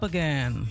Again